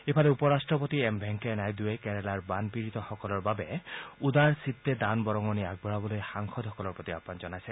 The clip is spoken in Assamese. ইফালে উপ ৰাট্টপতি এম ভেংকায়া নাইডুৱে কেৰালাৰ বানপীড়িতসকলৰ বাবে উদাৰচিত্তে দান বৰঙণি আগবঢ়াবলৈ সাংসদসকলৰ প্ৰতি আহ্মান জনাইছে